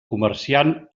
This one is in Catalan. comerciant